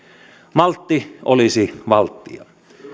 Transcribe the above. maltti olisi valttia